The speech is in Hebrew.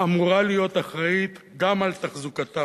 אמורה להיות אחראית גם לתחזוקתם.